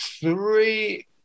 three